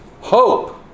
hope